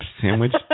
sandwich